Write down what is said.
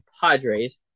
Padres